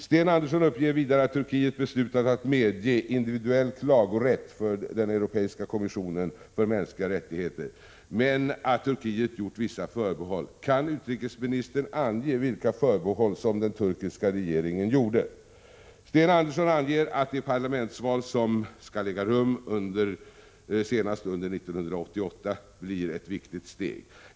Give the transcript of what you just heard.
Sten Andersson uppger vidare att Turkiet beslutat att medge individuell klagorätt till den Europeiska kommissionen för mänskliga rättigheter men att Turkiet gjorde vissa förbehåll. Kan utrikesministern ange vilka förbehåll som den turkiska regeringen gjorde? Sten Andersson anger att de parlamentsval som skall äga rum senast under 1988 blir ett viktigt steg.